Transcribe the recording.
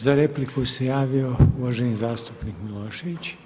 Za repliku se javio uvaženi zastupnik Milošević.